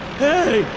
hey!